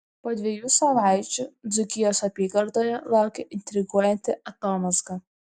po dviejų savaičių dzūkijos apygardoje laukia intriguojanti atomazga